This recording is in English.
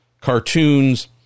cartoons